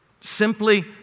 simply